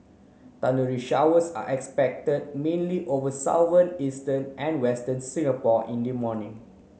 thundery showers are expected mainly over eastern and western Singapore in the morning